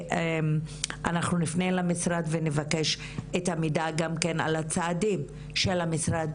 אנחנו נפנה למשרד ונבקש את המידע גם כן על הצעדים של המשרד,